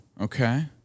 Okay